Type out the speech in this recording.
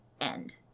end